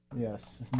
Yes